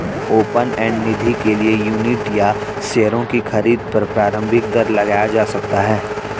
open end निधि के लिए यूनिट या शेयरों की खरीद पर प्रारम्भिक दर लगाया जा सकता है